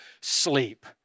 sleep